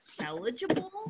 eligible